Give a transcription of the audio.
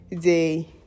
day